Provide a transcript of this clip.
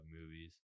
movies